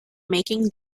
making